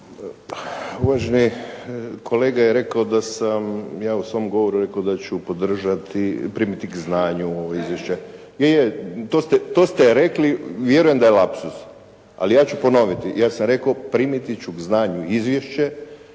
Uvaženi kolega je rekao da sam ja u svom govoru rekao da ću podržati, primiti k znanju ovo izvješće. … /Upadica se ne razumije./ … Je, to ste, to ste rekli. Vjerujem da je lapsus. Ali ja ću ponoviti. Ja sam rekao: «Primiti ću k znanju izvješće.»